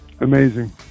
Amazing